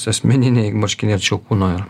asmeniniai marškiniai arčiau kūno yra